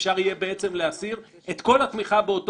אפשר יהיה בעצם להסיר את כל התמיכה באותו